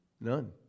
None